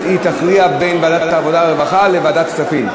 תכריע בין ועדת העבודה והרווחה לוועדת הכספים.